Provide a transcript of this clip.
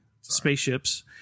spaceships